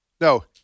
No